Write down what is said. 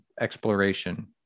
exploration